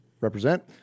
represent